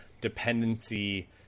dependency